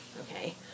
okay